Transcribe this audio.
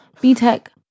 B-Tech